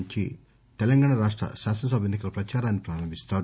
నుంచి తెలంగాణ రాష్ట శాసన సభ ఎన్ని కల ప్రచారాన్ని ప్రారంభిస్తారు